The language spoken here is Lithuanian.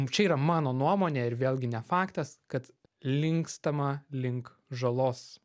čia yra mano nuomonė ir vėlgi ne faktas kad linkstama link žalos